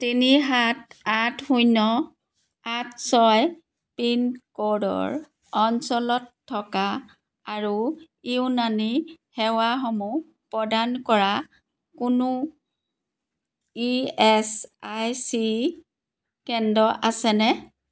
তিনি সাত আঠ শূন্য আঠ ছয় পিনক'ডৰ অঞ্চলত থকা আৰু ইউনানী সেৱাসমূহ প্ৰদান কৰা কোনো ই এছ আই চি কেন্দ্ৰ আছেনে